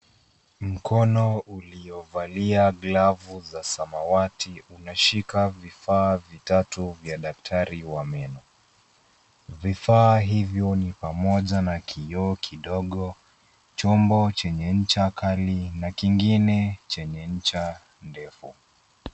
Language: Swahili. Mkono uliovalia glavu za samawati unashika vifaa vitatu vya daktari wa meno. Vifaa hivyo ni pamoja na kioo kidogo, chombo chenye ncha kali na kingine chenye ncha ndefu.